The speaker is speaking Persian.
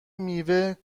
میوه